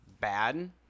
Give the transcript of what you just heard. bad